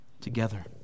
together